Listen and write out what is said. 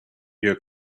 your